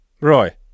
Roy